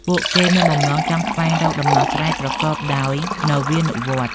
ពួកគេមានបំណងចង់ស្វែងរកដំណោះស្រាយប្រកបដោយនវានុវត្តន៍។